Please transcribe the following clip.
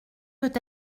peut